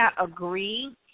agree